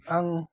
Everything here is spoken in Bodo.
आं